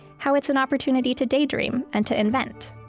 how it's an opportunity to daydream and to invent.